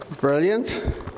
Brilliant